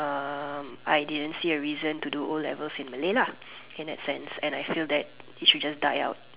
um I didn't see a reason to do O-levels in Malay lah in that sense and I feel that it should just die out